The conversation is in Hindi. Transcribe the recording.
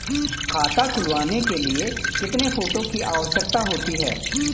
खाता खुलवाने के लिए कितने फोटो की आवश्यकता होती है?